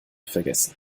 vergessen